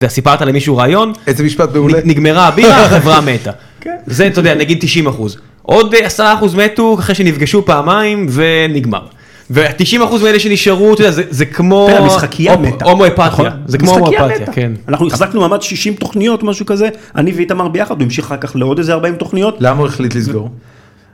סיפרת למישהו רעיון איזה משפט מעולה נגמרה הבירה החברה מתה זה אתה יודע נגיד 90%. עוד 10% מתו אחרי שנפגשו פעמיים ונגמר. 90% מאלה שנשארו זה זה כמו משחקיה הומאופתיה זה כמו אנחנו החזקנו מעמד 60 תוכניות משהו כזה אני ואיתמר ביחד והמשיך אחר כך לעוד איזה 40 תוכניות. למה הוא החליט לסגור?